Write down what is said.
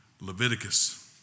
Leviticus